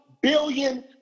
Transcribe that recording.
billion